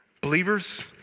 Believers